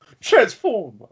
Transformer